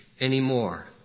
anymore